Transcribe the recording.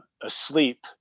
asleep